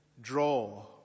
draw